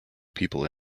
people